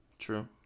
True